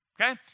Okay